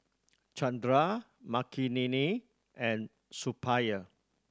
Chandra Makineni and Suppiah